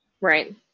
Right